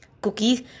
Cookies